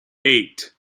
eight